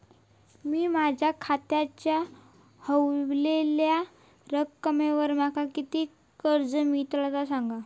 मी माझ्या खात्याच्या ऱ्हवलेल्या रकमेवर माका किती कर्ज मिळात ता सांगा?